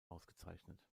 ausgezeichnet